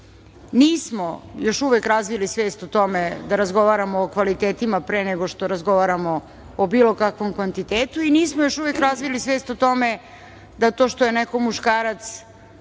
žena. Nismo još uvek razvili svest o tome da razgovaramo o kvalitetima pre nego što razgovaramo o bilo kakvom kvantitetu i nismo još uvek razvili svest o tome da to što je neko muškarac